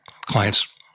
clients